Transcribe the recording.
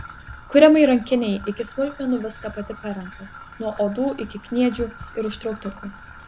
kuriamai rankinei iki smulkmenų viską pati parenku nuo odų iki kniedžių ir užtrauktukų